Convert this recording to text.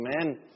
Amen